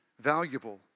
valuable